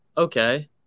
okay